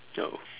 oh